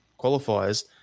qualifiers